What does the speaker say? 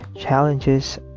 challenges